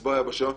צבא היבשה.